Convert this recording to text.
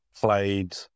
Played